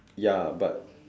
ya but